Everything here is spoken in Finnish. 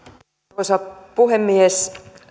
arvoisa puhemies